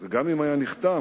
וגם אם היה נחתם,